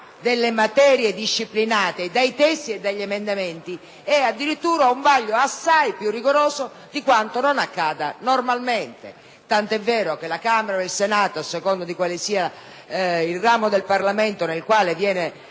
delle materie disciplinate dai testi, e dagli emendamenti addirittura, è assai più rigoroso di quanto non accada normalmente. Tanto è vero che la Camera o il Senato, a seconda di quale sia il ramo del Parlamento nel quale viene depositato